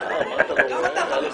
גם אתה חבר שלי.